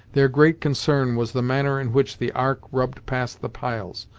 their great concern was the manner in which the ark rubbed past the piles,